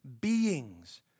beings